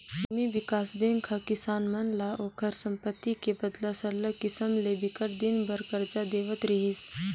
भूमि बिकास बेंक ह किसान मन ल ओखर संपत्ति के बदला सरल किसम ले बिकट दिन बर करजा देवत रिहिस